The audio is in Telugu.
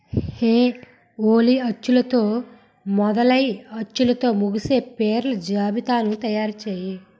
హే ఓలీ అచ్చులతో మొదలై అచ్చులతో ముగిసే పేర్ల జాబితాను తయారు చేయి